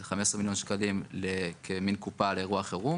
זה 15 מיליון שקלים כמין קופה לאירוע חירום